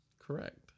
Correct